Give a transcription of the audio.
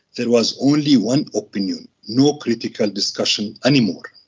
there was only one opinion, no critical discussion anymore.